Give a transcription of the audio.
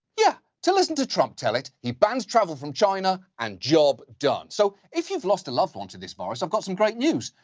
yeah. to listen to trump tell it, he bans travel from china and job done. so, if you've lost a loved one to this virus, i've got some great news.